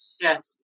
Yes